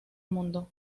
mundo